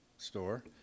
Store